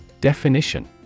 Definition